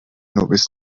nubes